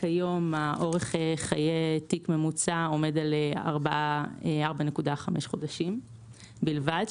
כיום אורך חיי תיק ממוצע עומד על 4.5 חודשים בלבד,